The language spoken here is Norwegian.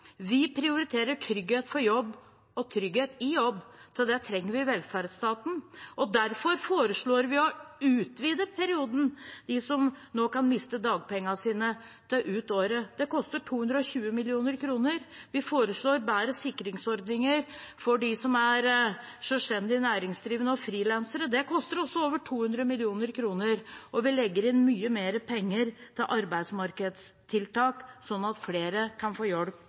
Vi prioriterer trygghet for jobb og trygghet i jobb. Til det trenger vi velferdsstaten, og derfor foreslår vi å utvide perioden for dem som nå kan miste dagpengene sine, til ut året. Det koster 220 mill. kr. Vi foreslår bedre sikringsordninger for dem som er selvstendig næringsdrivende og frilansere. Det koster også over 200 mill. kr. Vi legger inn mye mer penger til arbeidsmarkedstiltak, sånn at flere kan få hjelp